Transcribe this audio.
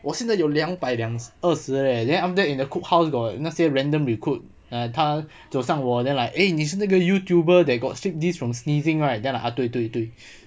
我现在有两百两二十 leh then after that in the cook house got 那些 random recruit err 他就上网 then like eh 你是那个 YouTuber that got slipped disc from sneezing right then I like 对对对